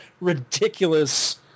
ridiculous